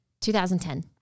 2010